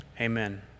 Amen